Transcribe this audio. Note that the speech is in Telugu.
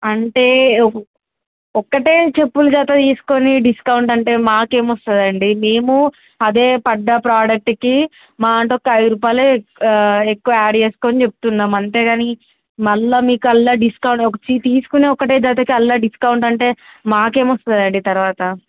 అంటే ఒకక్కటే చెప్పులు జత తీసుకొని డిస్కౌంట్ అంటే మాకేమొస్తదండి మేము అదే పడ్డ ప్రోడక్ట్కి మహా అంటే ఒక ఐదు రూపాయలే ఎక్కువ యాడ్ చేసుకొని చెప్తున్నాం అంతే కాని మళ్ళీ మీకు అందులో డిస్కౌంట్ ఒక తీసుకుని ఒకటే జాతకి అందులో డిస్కౌంట్ అంటే మాకేమొస్తదండి తర్వాత